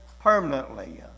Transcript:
permanently